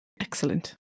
Excellent